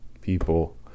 people